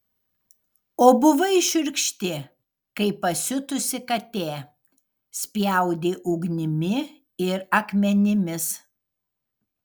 o buvai šiurkšti kaip pasiutusi katė spjaudei ugnimi ir akmenimis